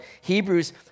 Hebrews